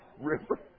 river